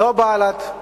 לא בל"ד,